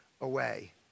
away